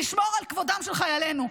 לשמור על כבודם של חיילינו.